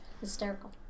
hysterical